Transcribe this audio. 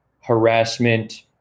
harassment